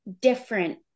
different